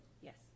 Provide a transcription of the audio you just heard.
Yes